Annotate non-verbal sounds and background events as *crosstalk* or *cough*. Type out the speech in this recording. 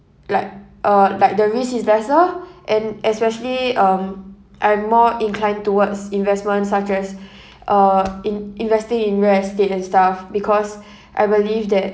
like uh like the risk is lesser and especially um I'm more inclined towards investment such as *breath* uh in~ investing in real estate and stuff because *breath* I believe that